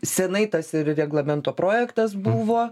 senai tas ir reglamento projektas buvo